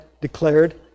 declared